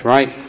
Right